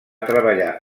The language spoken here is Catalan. treballar